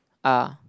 are